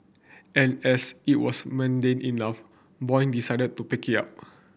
and as it was mundane enough Boyd decided to pick it up